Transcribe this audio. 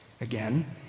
again